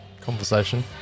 conversation